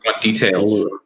details